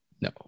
no